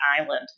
island